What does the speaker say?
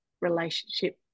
relationship